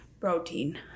protein